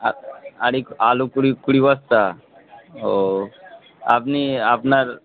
আর আলু কুড়ি কুড়ি বস্তা ও আপনি আপনার